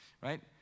right